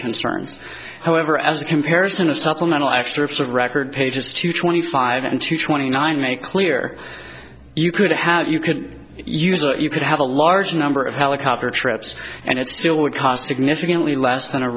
concerns however as a comparison of supplemental excerpts of record pages two twenty five and two twenty nine make clear you could have you could use it you could have a large number of helicopter trips and it still would cost significantly less than a